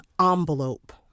envelope